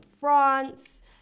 France